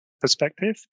perspective